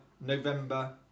November